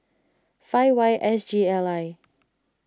five Y S G L I